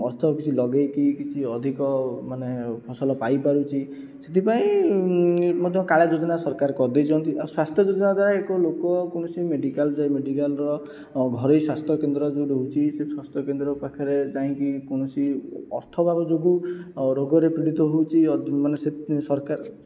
ଅର୍ଥ କିଛି ଲଗାଇକି କିଛି ଅଧିକ ମାନେ ଫସଲ ପାଇପାରୁଛି ସେଥିପାଇଁ ମଧ୍ୟ କାଳିଆ ଯୋଜନା ସରକାର କରିଦେଇଛନ୍ତି ଆଉ ସ୍ୱାସ୍ଥ୍ୟଯୋଜନା ଦ୍ୱାରା ଏକ ଲୋକ କୌଣସି ମେଡିକାଲ ଯାଇ ମେଡିକାଲର ଘରୋଇ ସ୍ୱାସ୍ଥ୍ୟ କେନ୍ଦ୍ର ଯେଉଁ ରହୁଛି ସେ ସ୍ୱାସ୍ଥ୍ୟକେନ୍ଦ୍ର ପାଖରେ ଯାଇକି କୌଣସି ଅର୍ଥ ଅଭାବ ଯୋଗୁଁ ରୋଗରେ ପୀଡ଼ିତ ହେଉଛି ମାନେ ସରକାର